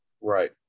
right